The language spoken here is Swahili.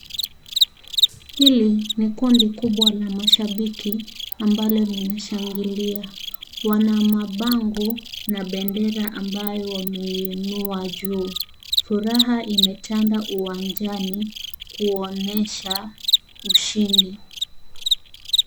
Hili ni kundi kubwa la mashabiki ambalo linashangilia. Wana mabango na bendera ambayo wameinua hmjuu, furaha imetanda uwanjani kuonyesha ushindi.